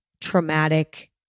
traumatic